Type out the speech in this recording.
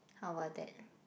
how about that